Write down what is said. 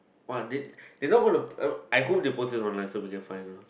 !wah! they they not gonna I I hope they post it online so we can find it